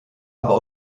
aber